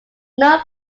known